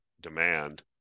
demand